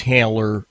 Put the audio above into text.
Taylor